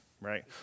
right